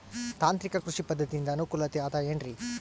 ತಾಂತ್ರಿಕ ಕೃಷಿ ಪದ್ಧತಿಯಿಂದ ಅನುಕೂಲತೆ ಅದ ಏನ್ರಿ?